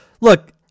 look